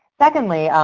secondly,